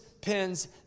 pins